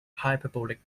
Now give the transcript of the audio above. hyperbolic